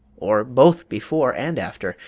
or both before and after,